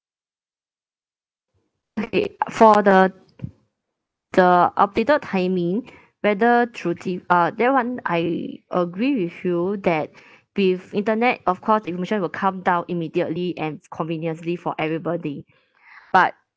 okay for the the updated timing whether through the uh that [one] I agree with you that with internet of course information will come down immediately and conveniently for everybody but